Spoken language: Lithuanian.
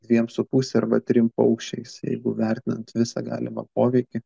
dviem su puse arba trim paukščiais jeigu vertinant visą galimą poveikį